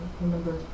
remember